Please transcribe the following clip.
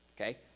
okay